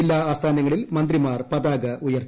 ജില്ലാ ആസ്ഥാനങ്ങളിൽ മന്ത്രിമാർ പതാക ഉയർത്തി